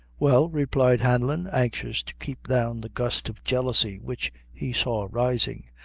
well, replied hanlon, anxious to keep down the gust of jealousy which he saw rising,